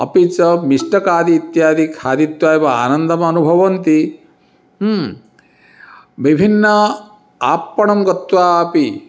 अपि च मिष्टकादि इत्यादि खादित्वा एव आनन्दम् अनुभवन्ति विभिन्न आपणं गत्वा अपि